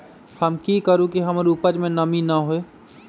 हम की करू की हमर उपज में नमी न होए?